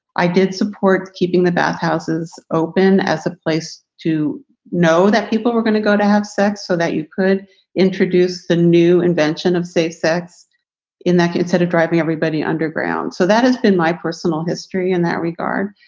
i did support keeping the bathhouses open as a place to know that people were gonna go to have sex so that you could introduce the new invention of safe sex in that instead of driving everybody underground. so that has been my personal history in that regard.